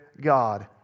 God